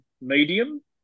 medium